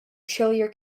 chillier